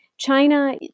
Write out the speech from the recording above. China